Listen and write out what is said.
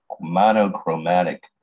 monochromatic